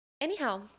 anyhow